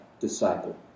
disciple